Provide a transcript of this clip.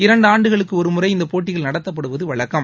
இரண்டு ஆண்டுகளுக்கு ஒரு முறை இந்த போட்டிகள் நடத்தப்படுவது வழக்கம்